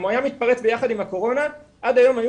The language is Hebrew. אם הוא היה מתפרץ ביחד עם הקורונה עד היום היו